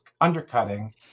undercutting